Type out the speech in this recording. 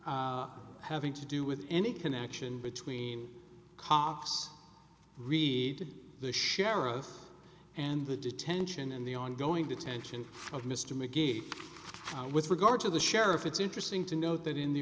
having to do with any connection between cox read the sheriff and the detention and the ongoing detention of mr mcgee with regard to the sheriff it's interesting to note that in the